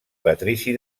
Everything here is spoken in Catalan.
patrici